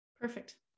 Perfect